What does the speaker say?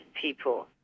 people